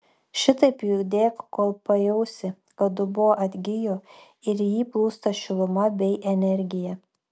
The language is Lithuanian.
šitaip judėk kol pajausi kad dubuo atgijo ir į jį plūsta šiluma bei energija